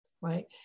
right